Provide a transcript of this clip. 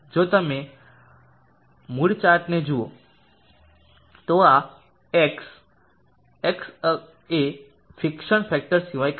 જો તમે મૂડ્ડ ચાર્ટને જુઓ તો આ એક્સ અક્ષ એ ફિક્સન ફેક્ટર સિવાય કંઈ નથી